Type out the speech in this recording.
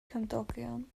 cymdogion